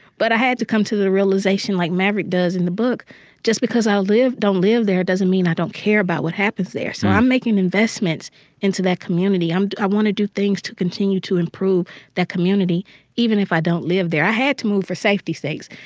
but i had to come to the realization like maverick does in the book just because i live don't live there doesn't mean i don't care about what happens there. so i'm making investments into that community. i want to do things to continue to improve that community even if i don't live there. i had to move for safety sakes,